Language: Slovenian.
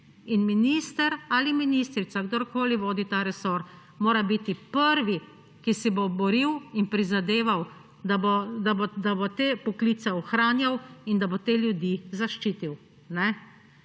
Minister ali ministrica, kdorkoli vodi ta resor, mora biti prvi, ki se bo boril in prizadeval, da bo te poklice ohranjal in da bo te ljudi zaščitil.